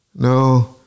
No